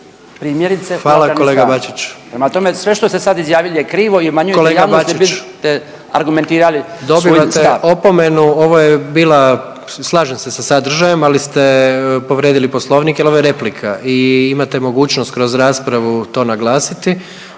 Hvala kolega Bačić./… … sve što ste sad izjavili je krivo i obmanjujete javnost … **Jandroković, Gordan (HDZ)** Kolega Bačić! Dobivate opomenu. Ovo je bila, slažem se sa sadržajem, ali ste povrijedili Poslovnik jer ovo je replika i imate mogućnost kroz raspravu to naglasiti